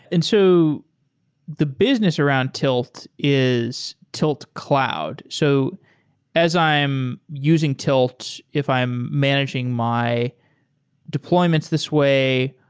and so the business around tilt is tilt cloud. so as i am using tilt, if i am managing my deployments this way,